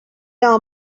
all